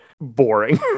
boring